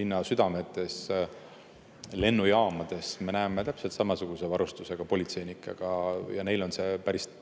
linnasüdametes, lennujaamades, siis me näeme täpselt samasuguse varustusega politseinikke, ja neil on see päris